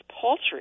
paltry